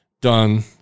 done